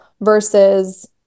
versus